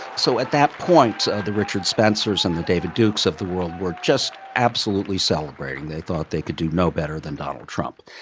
so at that point, the richard spencers and the david dukes of the world were just absolutely celebrating. they thought they could do no better than donald trump.